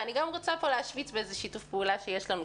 אני רוצה להשוויץ בשיתוף פעולה שיש לנו,